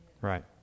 Right